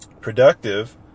productive